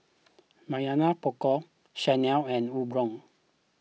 Mamy Poko Chanel and Umbro